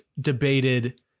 debated